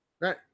right